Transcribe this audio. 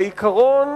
העיקרון